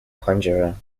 conjurer